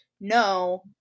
no